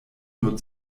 nur